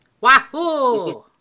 Wahoo